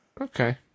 Okay